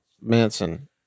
Manson